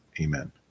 Amen